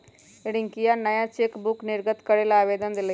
रियंकवा नया चेकबुक निर्गत करे ला आवेदन देलय